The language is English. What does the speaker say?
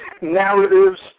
narratives